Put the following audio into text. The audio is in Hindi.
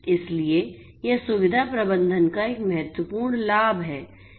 इसलिए यह सुविधा प्रबंधन का एक महत्वपूर्ण लाभ है